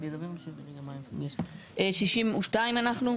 62 אנחנו?